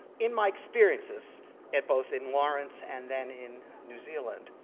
in my experiences at both in lawrence and then in new zealand,